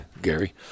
Gary